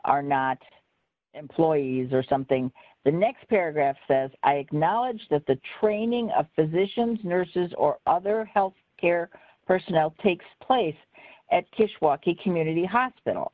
are not employees or something the next paragraph says i knowledge that the training of physicians nurses or other health care personnel takes place at kishwaukee community hospital